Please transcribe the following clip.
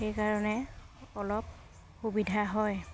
সেইকাৰণে অলপ সুবিধা হয়